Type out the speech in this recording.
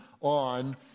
on